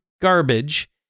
garbage